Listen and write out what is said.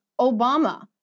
Obama